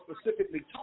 specifically